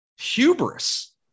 hubris